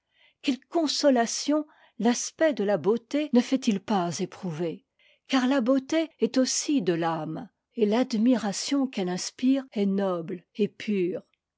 quelle consolation l'aspect de la beauté ne fait-il pas éprouver car la beauté est aussi de l'âme èt l'admiration qu'elle inspire est noble et pure